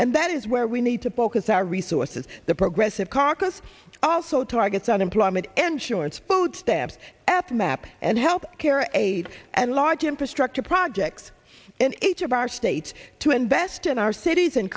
and that is where we need to focus our resources the progressive caucus also targets unemployment insurance food stamps at map and health care and aid and large infrastructure projects and each of our states to invest in our cities and